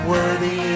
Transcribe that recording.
Worthy